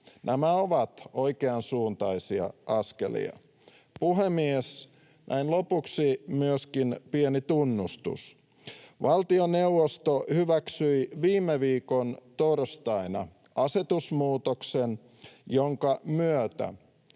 Nämä ovat oikeansuuntaisia askelia. Puhemies! Näin lopuksi myöskin pieni tunnustus. Valtioneuvosto hyväksyi viime viikon torstaina asetusmuutoksen, jonka myötä